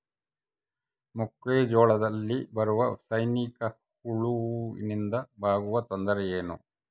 ಮೆಕ್ಕೆಜೋಳದಲ್ಲಿ ಬರುವ ಸೈನಿಕಹುಳುವಿನಿಂದ ಆಗುವ ತೊಂದರೆ ಏನು?